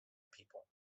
people